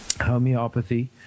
homeopathy